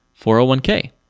401k